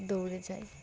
দৌড়ে যায়